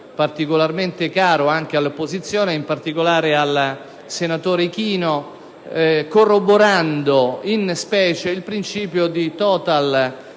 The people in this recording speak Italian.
particolarmente caro anche all'opposizione, in particolare al senatore Ichino, confermando in specie il principio di *total